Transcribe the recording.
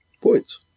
Points